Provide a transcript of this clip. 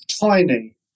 tiny